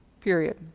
period